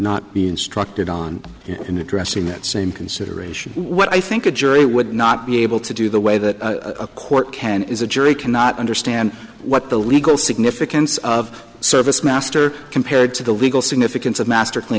not be instructed on in addressing that same consideration what i think a jury would not be able to do the way that a court can is a jury cannot understand what the legal significance of service master compared to the legal significance of master